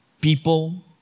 People